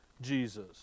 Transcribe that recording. Jesus